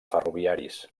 ferroviaris